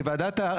הערר,